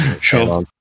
Sure